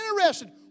interested